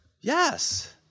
Yes